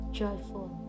joyful